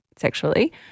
sexually